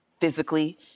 physically